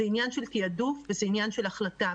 זה עניין של תעדוף וזה עניין של החלטה.